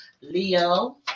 Leo